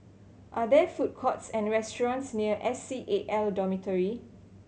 are there food courts and restaurants near S C A L Dormitory